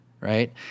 right